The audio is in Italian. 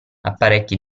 apparecchi